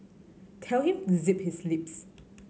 tell him to zip his lips